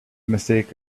mistake